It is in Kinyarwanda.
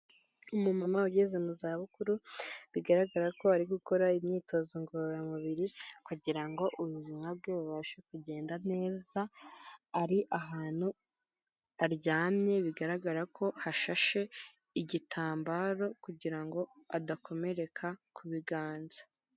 Umumama ugeze mu za bukuru, bigaragara ko ari gukora imyitozo ngororamubiri, kugira ngo ubuzima bwe bubashe kugenda neza, ari ahantu aryamye, bigaragara ko hashashe igitambaro, kugira ngo adakomereka ku biganza.